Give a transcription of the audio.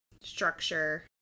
structure